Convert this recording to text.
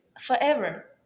forever